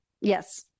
Yes